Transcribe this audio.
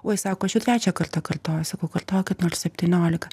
oi sako aš jau trečią kartą kartoju sakau kartokit nors septynioliką